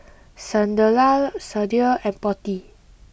Sunderlal Sudhir and Potti